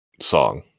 song